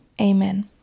amen